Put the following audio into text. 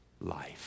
life